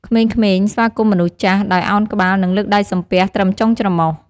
ក្មេងៗស្វាគមន៍មនុស្សចាស់ ដោយឱនក្បាល និងលើកដៃសំពះត្រឹមចុងច្រមុះ។